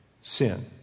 sin